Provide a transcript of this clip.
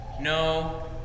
No